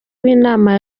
w’inama